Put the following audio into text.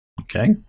Okay